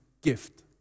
gift